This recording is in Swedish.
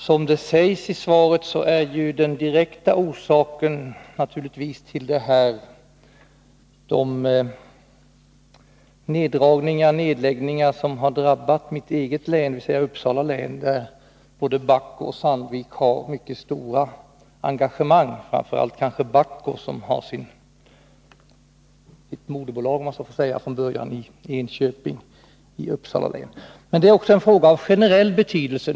Som det sägs i svaret är den direkta orsaken till frågan de neddragningar som drabbat mitt eget hemlän, Uppsala län, där både Bahco och Sandvik har mycket stora engagemang — kanske framför allt Bahco, som har sitt moderbolag i Enköping, om jag får uttrycka mig så. Men frågan har naturligtvis också generell betydelse.